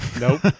nope